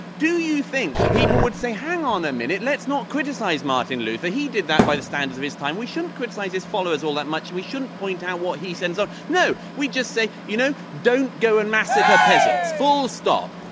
do you think that people would say, hang on a minute, let's not criticize martin luther. he did that by the standards of his time. we shouldn't criticize his followers all that much. we shouldn't point out that what he said. so no. we just say, you know, don't go and massacre peasants. full stop.